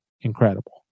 Incredible